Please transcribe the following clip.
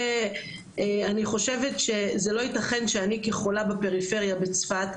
אני חושבת שזה לא יתכן שאני כחולה בפריפריה בצפת,